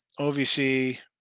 OVC